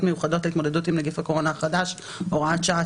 מיוחדות להתמודדות עם נגיף הקורונה החדש (הוראת שעה),